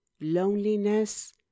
loneliness